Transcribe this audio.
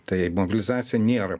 tai mobilizacija nėra